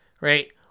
right